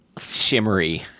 shimmery